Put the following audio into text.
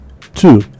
Two